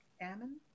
Ammon